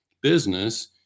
business